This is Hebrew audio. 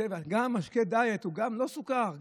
משקה דיאט הוא לא סוכר.